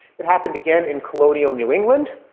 it happened again in colonial new england,